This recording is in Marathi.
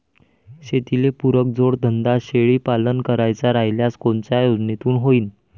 शेतीले पुरक जोडधंदा शेळीपालन करायचा राह्यल्यास कोनच्या योजनेतून होईन?